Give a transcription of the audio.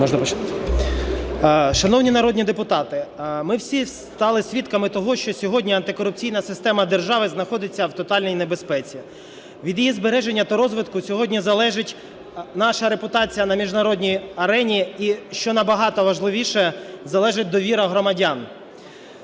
Шановні народні депутати, ми всі стали свідками того, що сьогодні антикорупційна система держави знаходиться в тотальній небезпеці. Від її збереження та розвитку сьогодні залежить наша репутація на міжнародній арені і, що набагато важливіше, залежить довіра громадян.